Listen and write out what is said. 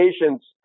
patients